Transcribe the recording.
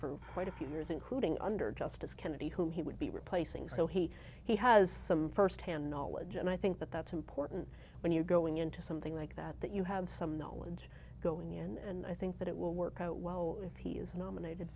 for quite a few years including under justice kennedy who he would be replacing so he he has some firsthand knowledge and i think that that's important when you're going into something like that that you have some knowledge going in and i think that it will work out well if he is nominated